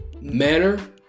manner